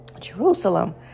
Jerusalem